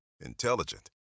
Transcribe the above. Intelligent